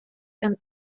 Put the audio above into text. and